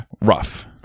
Rough